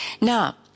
Now